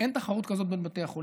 אין תחרות כזאת בין בתי החולים,